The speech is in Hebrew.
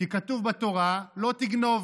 כי כתוב בתורה "לא תגנוב",